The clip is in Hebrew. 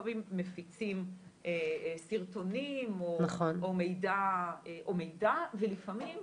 לפעמים מפיצים סרטונים או מידע ולפעמים,